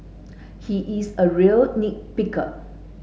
he is a real nit picker